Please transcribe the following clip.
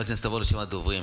נעבור לרשימת הדוברים.